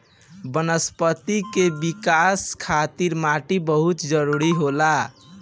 वनस्पति के विकाश खातिर माटी बहुत जरुरी होला